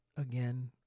Again